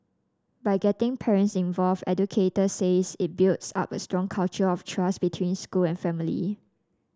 by getting parents involved educators says it builds up a strong culture of trust between school and family